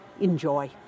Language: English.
Enjoy